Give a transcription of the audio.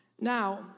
Now